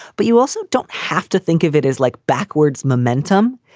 but you also don't have to think of it is like backwards momentum.